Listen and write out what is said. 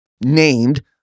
named-